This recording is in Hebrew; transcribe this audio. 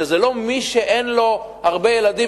וזה לא שמי שאין לו הרבה ילדים,